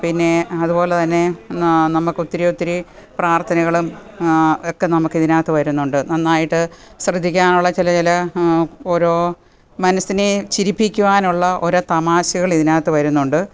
പിന്നേ അതുപോലെത്തന്നെ നമുക്കൊത്തിരി ഒത്തിരി പ്രാർത്ഥനകളും ഒക്കെ നമുക്ക് ഇതിനകത്ത് വരുന്നുണ്ട് നന്നായിട്ട് ശ്രദ്ധിക്കാനുള്ള ചില ചില ഓരോ മനസ്സിനെ ചിരിപ്പിക്കുവാനുള്ള ഓരോ തമാശകൾ ഇതിനകത്ത് വരുന്നുണ്ട്